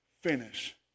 finish